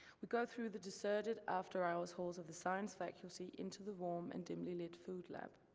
we go through the deserted after-hours halls of the science faculty into the warm and dimly lit food lab.